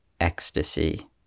ecstasy